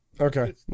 Okay